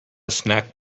snack